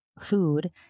food